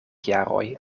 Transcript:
jaroj